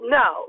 no